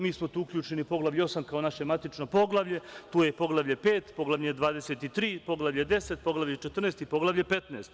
Mi smo tu uključeni u Poglavlju 8, kao naše matično poglavlje, tu je Poglavlje 5, Poglavlje 23, Poglavlje 10, Poglavlje 14 i poglavlje 15.